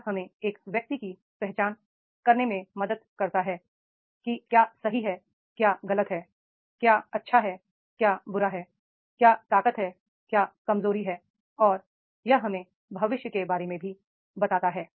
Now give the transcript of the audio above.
यह हमें एक व्यक्ति की पहचान करने में मदद करता है कि क्या सही है क्या गलत है क्या अच्छा है क्या बुरा है क्या ताकत है क्या कमजोरी है और यह हमें भविष्य के बारे में भी बताता है